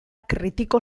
kritiko